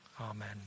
Amen